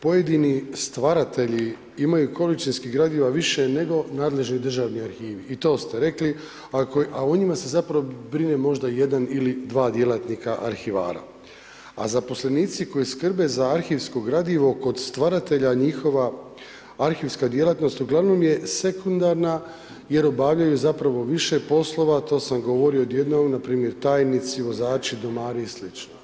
Pojedini stvaratelji imaju količinskih gradiva više nego nadležni državni arhivi i to ste rekli, a o njima se zapravo brine možda jedan ili sva djelatnika arhivira a zaposlenici koji skrbe za arhivsko gradivo kod stvaratelja njihova, arhivska djelatnost uglavnom je sekundarna jer obavljaju više poslova, to sam govorio, … npr. tajnici, vozači, domari i slično.